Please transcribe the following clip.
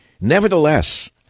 nevertheless